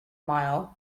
mile